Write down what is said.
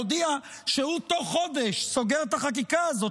מודיע שהוא תוך חודש סוגר את החקיקה הזאת.